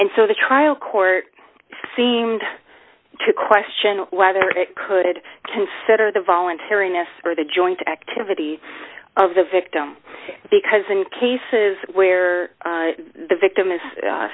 and so the trial court seemed to question whether it could consider the voluntariness or the joint activity of the victim because in cases where the victim is